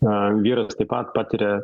vyras taip pat patiria nu